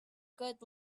good